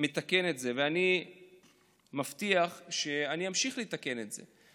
מתקן את זה, ואני מבטיח שאני אמשיך לתקן את זה.